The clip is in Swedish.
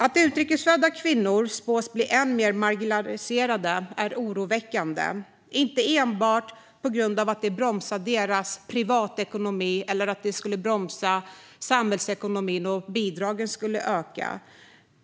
Att utrikes födda kvinnor spås bli än mer marginaliserade är oroväckande, inte enbart på grund av att det bromsar deras privatekonomi och även samhällsekonomin då bidragen ökar